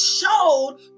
showed